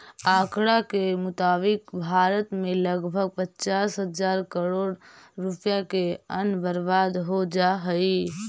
आँकड़ा के मुताबिक भारत में लगभग पचास हजार करोड़ रुपया के अन्न बर्बाद हो जा हइ